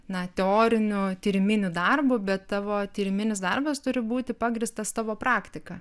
na teoriniu tyriminiu darbu bet tavo tyriminis darbas turi būti pagrįstas tavo praktika